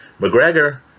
McGregor